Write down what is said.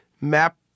map